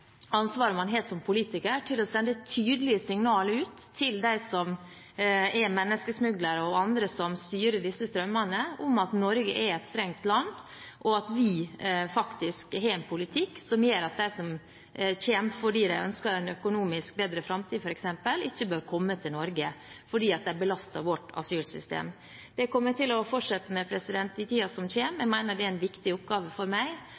ansvaret man som politiker har for å sende tydelige signal ut til dem som er menneskesmuglere, og andre som styrer disse strømmene, om at Norge er et strengt land, og at vi faktisk har en politikk som gjør at dem som kommer fordi de f.eks. ønsker en bedre økonomisk framtid, ikke bør komme til Norge, fordi de belaster vårt asylsystem. Det kommer jeg til å fortsette med i tiden som kommer. Jeg mener det er en viktig oppgave for meg,